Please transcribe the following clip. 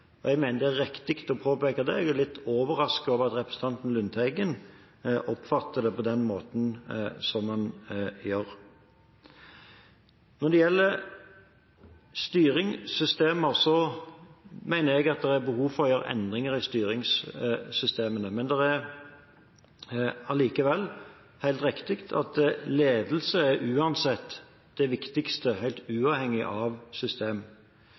Jeg mener det er riktig å påpeke det, og jeg er litt overrasket over at representanten Lundteigen oppfatter det på den måten som han gjør. Når det gjelder styringssystemer, mener jeg at det er behov for å gjøre endringer i styringssystemene, men det er allikevel helt riktig at ledelse – uansett – er det viktigste, helt uavhengig av system.